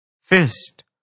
First